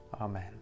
Amen